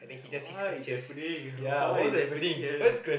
what is happening what is happening here